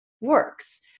works